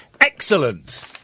Excellent